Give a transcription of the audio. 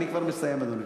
אני כבר מסיים, אדוני.